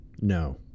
No